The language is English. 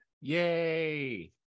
Yay